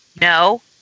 no